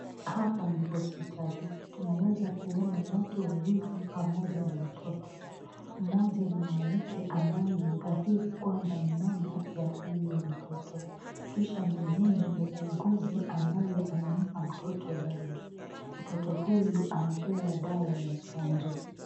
Hapa ni hospitali tunaweza kuona watu wawili pamoja na mtoto. Mmoja ni mwanamke ambaye ni dhahiri kwamba ni mama wa huyu mtoto kisha mwingine ni muuguzi amabye anampa mtoto dawa. Mtoto huyu anapewa dawa ya chanjo.